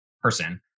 person